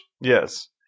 Yes